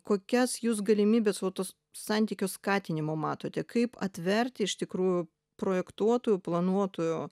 kokias jūs galimybes va tuos santykių skatinimo matote kaip atvert iš tikrų projektuotojo planuotojo